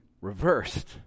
reversed